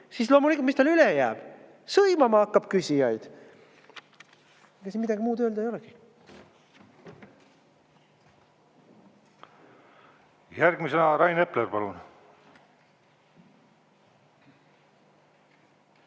siis loomulikult, mis tal üle jääb: sõimama hakkab küsijaid. Mitte midagi muud öelda ei olegi. Järgmisena Rain Epler, palun!